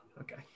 okay